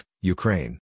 Ukraine